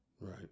Right